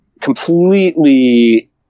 completely